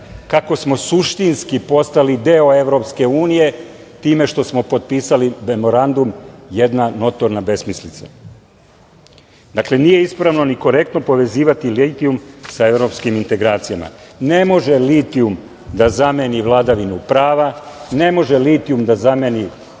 kako smo suštinski postali deo EU time što smo potpisali memorandum jedna notorna besmislica. Dakle, nije ispravno i korektno povezivati litijum sa evropskim integracijama. Ne može litijum da zameni vladavinu prava, ne može litijum da zameni